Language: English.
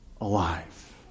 alive